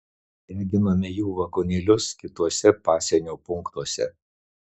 deginome jų vagonėlius kituose pasienio punktuose